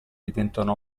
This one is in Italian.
diventano